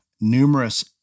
numerous